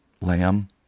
lamb